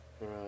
Right